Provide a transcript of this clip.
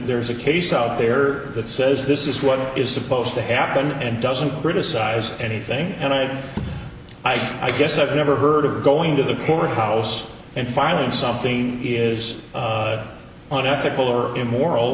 there's a case out there that says this is what is supposed to happen and doesn't criticize anything and i i i guess i've never heard of going to the courthouse and filing something is an ethical or immoral